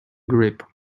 grip